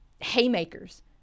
haymakers